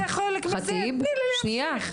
ח'טיב, שניה.